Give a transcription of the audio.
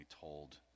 told